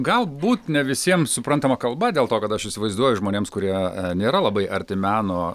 galbūt ne visiems suprantama kalba dėl to kad aš įsivaizduoju žmonėms kurie nėra labai arti meno